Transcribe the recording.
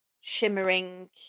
shimmering